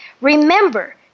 Remember